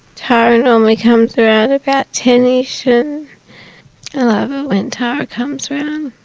tara normally comes around about ten ish and i love it when tara comes round,